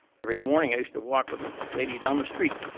every morning i used to walk with a lady down the street.